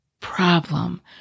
problem